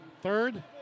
Third